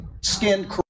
skin